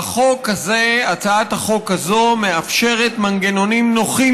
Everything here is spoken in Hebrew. הצעת החוק הזאת מאפשרת מנגנונים נוחים